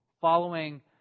following